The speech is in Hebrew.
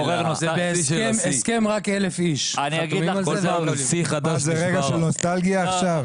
אנחנו עכשיו ברגע של נוסטלגיה?